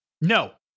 No